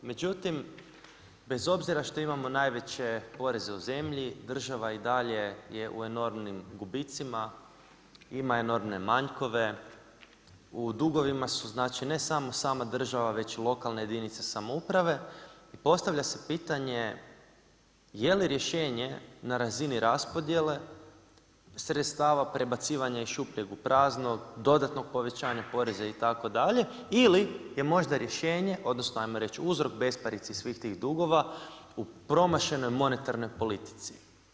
Međutim, bez obzira što imamo najveće poreze u zemlji, država i dalje je u enormnim gubicima, ima enormne manjkove, u dugovima su ne samo sama država već i lokalne jedinice samouprave i postavlja se pitanje je li rješenje na razini raspodjele sredstava prebacivanje iz šupljeg u prazno, dodatnog povećanja poreza itd. ili je možda rješenje odnosno ajmo reći uzrok besparice i svih tih dugova, u promašenoj monetarnoj politici?